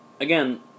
again